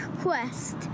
Quest